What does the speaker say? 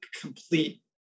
complete